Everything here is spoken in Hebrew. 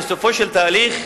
בסופו של תהליך,